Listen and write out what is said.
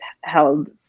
held